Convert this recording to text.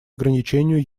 ограничению